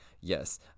yes